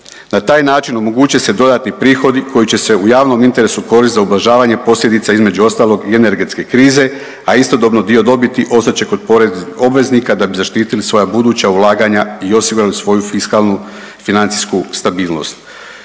Na taj način omogućit će se dodatni prihodi koji će se u javnom interesu koristiti za ublažavanje posljedica između ostalog i energetske krize, a istodobno dio dobiti ostat će kod poreznih obveznika da bi zaštitili svoja buduća ulaganja i osigurali svoju fiskalnu financijski stabilnost.